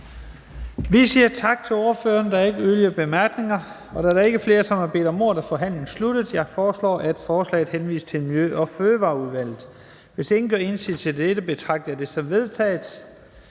for forslagsstillerne. Der er ikke yderligere korte bemærkninger. Da der ikke er flere, som har bedt om ordet, er forhandlingen sluttet. Jeg foreslår, at forslaget til folketingsbeslutning henvises til Miljø- og Fødevareudvalget. Hvis ingen gør indsigelse mod dette, betragter jeg det som vedtaget.